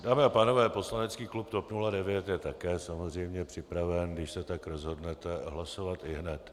Dámy a pánové, poslanecký klub TOP 09 je také samozřejmě připraven, když se tak rozhodnete, hlasovat ihned.